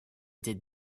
did